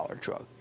drug